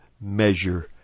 measure